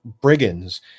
brigands